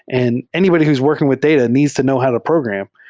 and anybody who's working with data needs to know how to program,